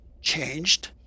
changed